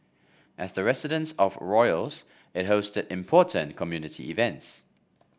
as the residence of royals it hosted important community events